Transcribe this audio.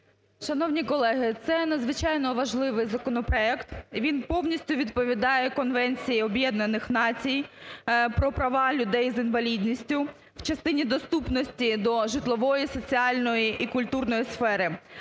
Шановні колеги, це надзвичайно важливий законопроект. Він повністю відповідає Конвенції Об'єднаних Націй про права людей з інвалідністю в частині доступності житлової, соціальної і культурної сфери.